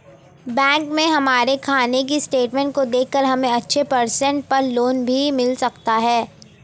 bank में हमारे खाने की स्टेटमेंट को देखकर हमे अच्छे परसेंट पर लोन भी मिल सकता है